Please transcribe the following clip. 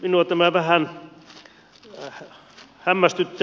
minua tämä vähän hämmästyttää